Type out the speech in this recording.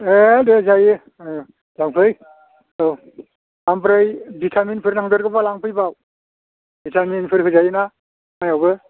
ए दे जायो लांफै औ ओमफ्राय भिटामिनफोर नांदेरगौबा लांफैबाव भिटामिनफोर होजायो ना माइआव बो